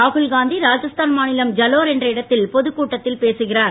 ராகுல்காந்தி ராஜஸ்தான் மாநிலம் ஜலோர் என்ற இடத்தில் பொதுக் கூட்டத்தில் பேசுகிறார்